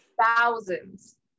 thousands